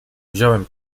wziąłem